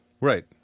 Right